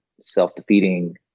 self-defeating